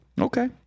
Okay